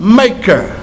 maker